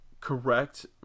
correct